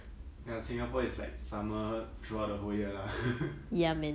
ya singapore is like summer throughout the whole year lah